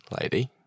lady